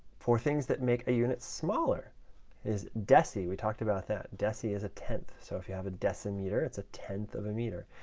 for things that make a unit smaller is deci. we talked about that. deci is a tenth. so if you have a decimeter it's a tenth of a meter.